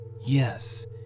Yes